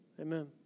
Amen